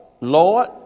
Lord